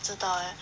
不知道 eh